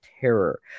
terror